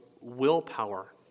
willpower